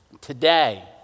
today